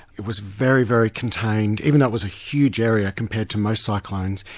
it was very, very contained. even though it was a huge area compared to most cyclones,